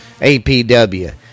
apw